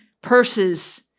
purses